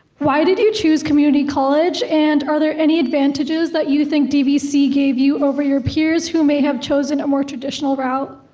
why did you choose community college and are there any advantages that you think dvc gave you, over your peers who may have chosen a more traditional route?